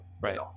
Right